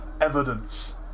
evidence